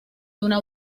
una